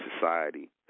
society